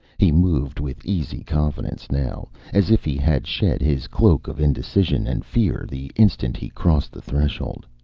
he moved with easy confidence now, as if he had shed his cloak of indecision and fear the instant he crossed the threshold.